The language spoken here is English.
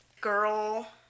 girl